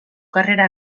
carrera